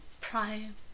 Prime